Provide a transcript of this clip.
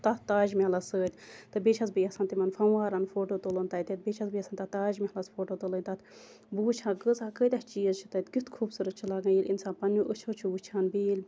تتھ تاج محلَس سۭتۍ تہٕ بیٚیہِ چھَس بہٕ یَژھان تِمَن فَموارَن فوٹو تُلُن تَتیٚتھ بیٚیہِ چھَس بہٕ یَژھان تتھ تاج محلَس فوٹو تُلنۍ تتھ بہٕ وٕچھ ہا کۭژاہ کۭتیاہ چیٖز چھِ تَتہِ کیُتھ خوٗبصورَت چھ لَگان اِنسان پَننیو أچھَو چھِ وٕچھان بیٚیہِ ییٚلہِ